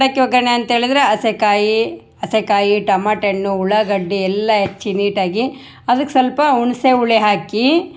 ಮಂಡಕ್ಕಿ ಒಗ್ಗರಣೆ ಅಂತೇಳಿದ್ರೆ ಹಸೆಕಾಯಿ ಹಸೆಕಾಯಿ ಟೊಮಾಟೆ ಹಣ್ಣು ಉಳ್ಳಾಗಡ್ಡಿ ಎಲ್ಲ ಹೆಚ್ಚಿ ನೀಟಾಗಿ ಅದಕ್ಕೆ ಸ್ವಲ್ಪ ಹುಣಸೆ ಹುಳಿ ಹಾಕಿ